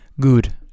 Good